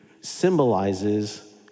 symbolizes